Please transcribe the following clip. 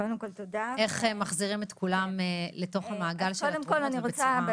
איך מחזירים את כולם למעגל התרומות בצורה מבורכת?